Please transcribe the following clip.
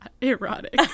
erotic